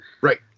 Right